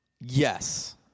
Yes